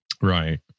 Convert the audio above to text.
Right